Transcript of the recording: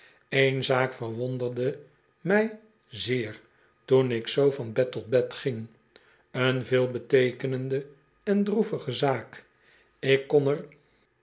eén zaak verwonderde mij zeer toen ik zoo van bed tot bed ging een veelbeteekenende en droevige zaak ik kon er